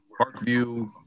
Parkview